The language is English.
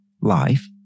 life